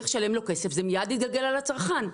מיד יתגלגל אל הצרכן.